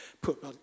put